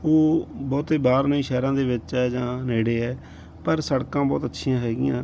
ਉਹ ਬਹੁਤੇ ਬਾਹਰ ਨੇ ਸ਼ਹਿਰਾਂ ਦੇ ਵਿੱਚ ਹੈ ਜਾਂ ਨੇੜੇ ਹੈ ਪਰ ਸੜਕਾਂ ਬਹੁਤ ਅੱਛੀਆਂ ਹੈਗੀਆਂ